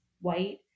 white